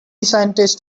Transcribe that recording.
scientists